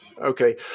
Okay